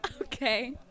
Okay